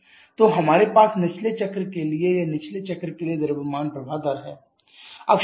तो हमारे पास निचले चक्र के लिए या निचले चक्र के लिए द्रव्यमान प्रवाह दर है